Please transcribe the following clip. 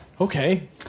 Okay